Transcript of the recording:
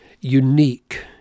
unique